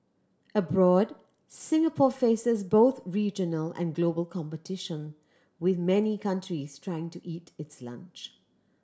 abroad Singapore faces both regional and global competition with many countries trying to eat its lunch